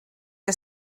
que